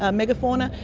ah megafauna,